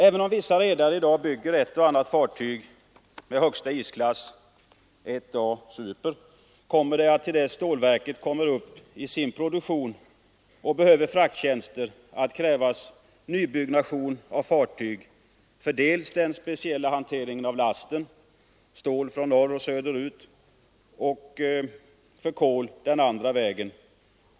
Även om vissa redare i dag bygger ett och annat fartyg i högsta isklass —- l Asuper — kommer det att till dess stålverket kommer upp i produktion och behöver frakttjänster att krävas nybyggnation av fartyg för denna speciella hantering av lasten — stål från norr och söderut och kol den andra vägen.